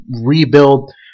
rebuild